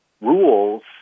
rules